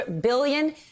billion